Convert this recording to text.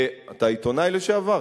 אתה עיתונאי לשעבר?